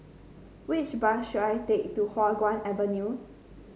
which bus should I take to Hua Guan Avenue